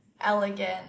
elegant